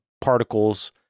particles